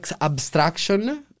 abstraction